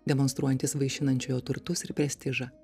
demonstruojantys vaišinančiojo turtus ir prestižą